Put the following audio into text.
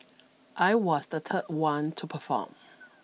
I was the third one to perform